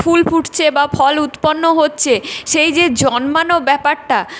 ফুল ফুটছে বা ফল উৎপন্ন হচ্ছে সেই যে জন্মানো ব্যাপারটা